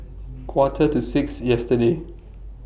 Quarter to six yesterday